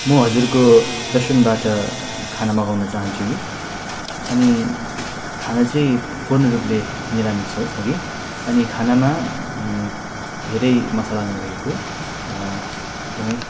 म हजुरको रेस्टुरेन्टबाट खाना मगाउनु चाहन्छु कि अनि खाना चाहिँ पूर्णरूपले निरामिस होस् हगि अनि खानामा धेरै मसला नभएको एकदमै